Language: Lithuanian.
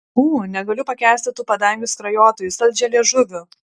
ū negaliu pakęsti tų padangių skrajotojų saldžialiežuvių